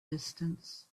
distance